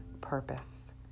purpose